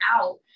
out